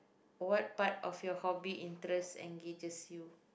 what part of your hobby interest engages you